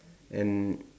and